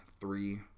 three